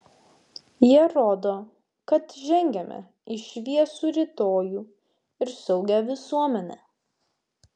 jie rodo kad žengiame į šviesų rytojų ir saugią visuomenę